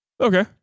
Okay